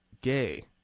gay